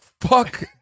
fuck